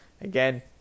Again